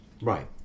Right